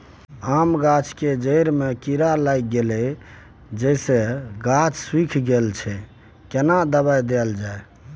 आम गाछ के जेकर में कीरा लाईग गेल जेसे गाछ सुइख रहल अएछ केना दवाई देल जाए?